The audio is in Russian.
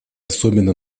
особенно